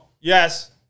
Yes